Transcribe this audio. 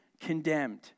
condemned